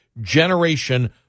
generation